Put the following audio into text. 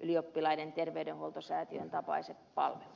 ylioppilaiden terveydenhuoltosäätiön tapaiset palvelut